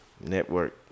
Network